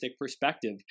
perspective